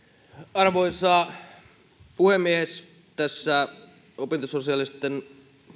arvoisa puhemies tässä opintososiaalisten